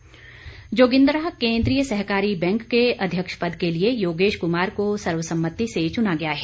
सैजल जोगिन्द्रा केन्द्रीय सहकारी बैंक के अध्यक्ष पद के लिए योगेश कुमार को सर्वसम्मति से चुना गया है